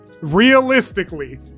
realistically